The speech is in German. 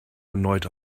erneut